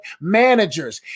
managers